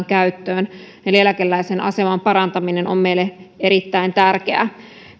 käyttöön eli eläkeläisen aseman parantaminen on meille erittäin tärkeää